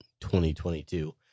2022